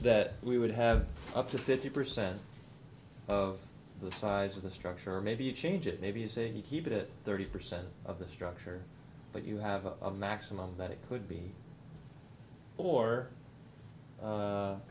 that we would have up to fifty percent of the size of the structure maybe you change it maybe say you keep it thirty percent of the structure but you have a maximum that it could be or